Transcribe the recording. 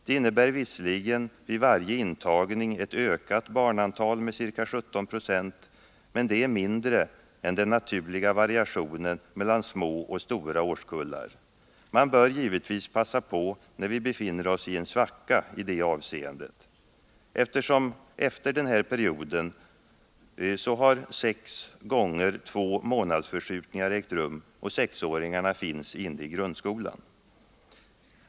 Det innebär visserligen vid varje intagning ett ökat barnantal med ca 17 70, men det är mindre än den naturliga variationen mellan små och stora årskullar. Man bör givetvis passa på när vi befinner oss i en svacka i det avseendet. Efter den här perioden har sex tvåmånadersförskjutningar ägt rum, och sexåringarna är inne i grundskolan.